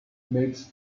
mix